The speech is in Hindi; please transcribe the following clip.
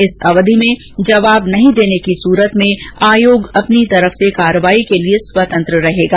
इस अवधि में जवाब नहीं देने की सूरत में आयोग अपनी तरफ से कार्रवाई के लिए स्वतंत्र होगा